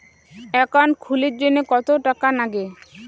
Account খুলির জন্যে কত টাকা নাগে?